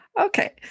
Okay